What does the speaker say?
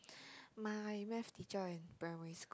my Math teacher in primary